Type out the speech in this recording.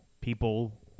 people